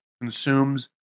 consumes